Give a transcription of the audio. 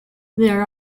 there